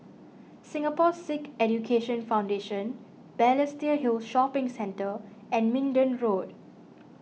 Singapore Sikh Education Foundation Balestier Hill Shopping Centre and Minden Road